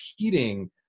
competing